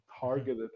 targeted